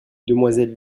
demoiselle